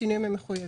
בשינויים המחויבים,